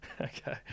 Okay